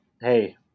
hey